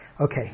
Okay